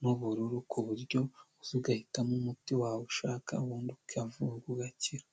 n'ubururu, ku buryo uza ugahitamo umuti wawe ushaka, ubundi ukavurwa ugakira.